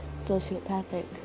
sociopathic